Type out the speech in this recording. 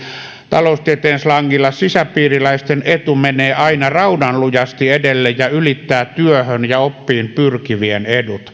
taloustieteen slangilla sisäpiiriläisten etu menee aina raudanlujasti edelle ja ylittää työhön ja oppiin pyrkivien edut